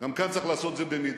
גם כאן צריך לעשות את זה במידה.